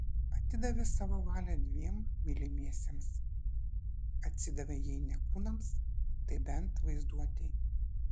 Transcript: atidavė savo valią dviem mylimiesiems atsidavė jei ne kūnams tai bent vaizduotei